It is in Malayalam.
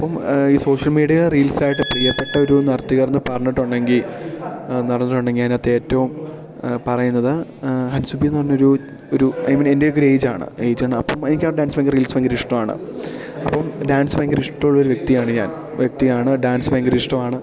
അപ്പോള് ഈ സോഷ്യൽ മീഡിയ റീൽസായിട്ട് പ്രിയപ്പെട്ട ഒരു നർത്തകിയാരെന്നു പറഞ്ഞിട്ടുണ്ടെങ്കില് നടന്നിട്ടുണ്ടെങ്കില് അതിനകത്തേറ്റവും പറയുന്നത് ഹൻസുഭി എന്നു പറഞ്ഞൊരു ഒരു ഐ മീൻ എൻ്റെയൊക്കെ ഒരേജാണ് ഏജാണ് അപ്പോള് എനിക്കാ ഡാൻസ് ഭയങ്കര റീൽസ് ഭയങ്കര ഇഷ്ടമാണ് അപ്പോള് ഡാൻസ് ഭയങ്കര ഇഷ്ടമുള്ളൊരു വ്യക്തിയാണ് ഞാൻ വ്യക്തിയാണ് ഡാൻസ് ഭയങ്കര ഇഷ്ടമാണ്